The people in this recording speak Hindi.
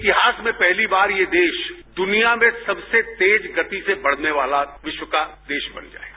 इतिहास में पहली बार ये देश दुनिया में सबसे तेज गति से बढ़ने वाला विश्व का देश बन गया है